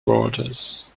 borders